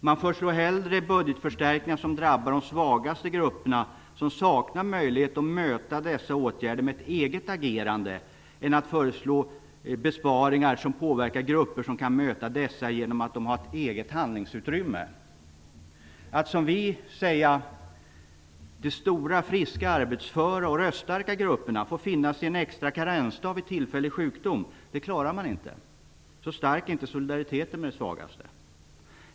Man föreslår hellre budgetförstärkningar som drabbar de svagaste grupperna som saknar möjlighet att möta dessa åtgärder med ett eget agerande än att föreslå besparingar som påverkar grupper som kan möta dessa genom att de har ett eget handlingsutrymme. Att som vi säga att de stora, friska, arbetsföra och röststarka grupperna får finna sig i en extra karensdag vid tillfällig sjukdom, det klarar man inte. Så stark är inte solidariteten med de svagaste.